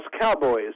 Cowboys